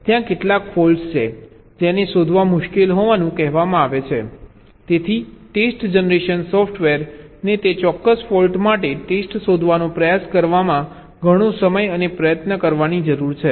ત્યાં કેટલાક ફોલ્ટ્સ છે જેને શોધવા મુશ્કેલ હોવાનું કહેવાય છે તેથી ટેસ્ટ જનરેશન સૉફ્ટવેર ને તે ચોક્કસ ફોલ્ટ માટે ટેસ્ટ શોધવાનો પ્રયાસ કરવામાં ઘણો સમય અને પ્રયત્ન કરવાની જરૂર છે